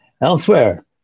Elsewhere